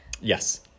Yes